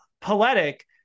poetic